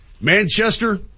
Manchester